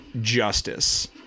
justice